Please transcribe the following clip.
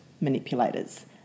manipulators